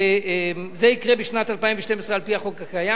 זה יקרה בשנת 2012 על-פי החוק הקיים.